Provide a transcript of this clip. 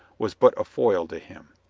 was but a foil to him.